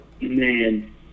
Man